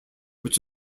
which